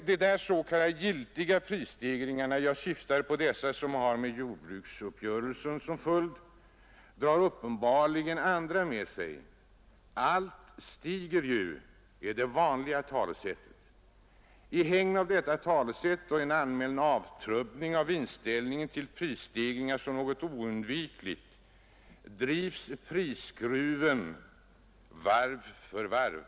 De s.k. giltiga prisstegringarna — jag syftar på sådana som tillkommit som en följd av jordbruksuppgörelsen — drar uppenbarligen andra med sig. Det vanliga talesättet är ju att allt stiger. I hägn av detta talesätt och en allmän avtrubbning i inställningen till prisstegringar som något oundvikligt drivs prisskruven uppåt varv för varv.